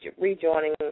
rejoining